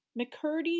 McCurdy